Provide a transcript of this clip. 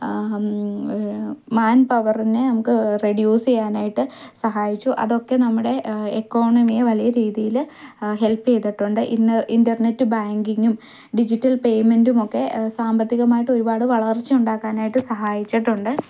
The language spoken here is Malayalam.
മാൻ പവറിനെ നമുക്ക് റെഡ്യൂസ് ചെയ്യാനായിട്ട് സഹായിച്ചു അതൊക്കെ നമ്മുടെ ഇക്കണോം വലിയ രീതിയിൽ ഹെൽപ് ചെയ്തിട്ടുണ്ട് ഇൻറർനെറ്റ് ബാങ്കിങ്ങും ഡിജിറ്റൽ പെയ്മെൻറ് ഒക്കെ സാമ്പത്തികമായി ഒരുപാട് വളർച്ച ഉണ്ടാക്കാൻ ആയിട്ട് സഹായിച്ചിട്ടുണ്ട്